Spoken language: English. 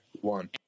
One